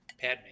Padme